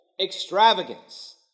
extravagance